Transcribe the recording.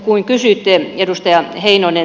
kun kysyitte edustaja heinonen